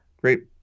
Great